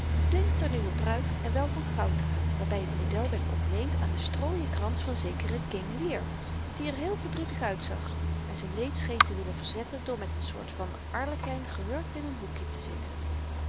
n splinternieuwe pruik en wel van gouddraad waartoe t model werd ontleend aan den strooien krans van zekeren king lear die r heel verdrietig uitzag en z'n leed scheen te willen verzetten door met n soort van arlekyn gehurkt in n hoekje te zitten